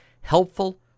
Helpful